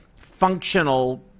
functional